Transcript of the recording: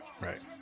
right